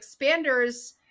expanders